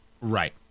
right